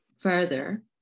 further